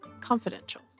confidential